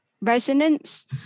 resonance